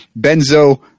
benzo